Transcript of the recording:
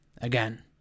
Again